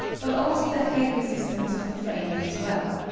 but also the head resistance of the framing as well.